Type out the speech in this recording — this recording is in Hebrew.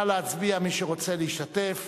מי שרוצה להשתתף,